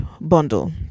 bundle